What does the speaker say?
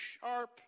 sharp